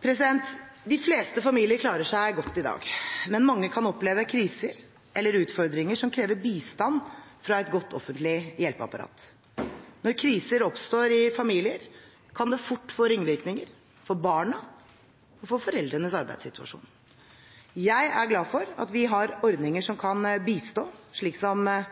De fleste familier klarer seg godt i dag, men mange kan oppleve kriser eller utfordringer som krever bistand fra et godt offentlig hjelpeapparat. Når kriser oppstår i familier, kan det fort få ringvirkninger, for barna og for foreldrenes arbeidssituasjon. Jeg er glad for at vi har ordninger som kan bistå, slik som